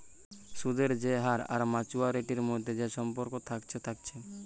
সুদের যে হার আর মাচুয়ারিটির মধ্যে যে সম্পর্ক থাকছে থাকছে